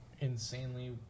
insanely